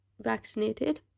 vaccinated